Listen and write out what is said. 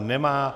Nemá.